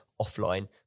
offline